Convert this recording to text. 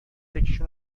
یکیشون